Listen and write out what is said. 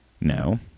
No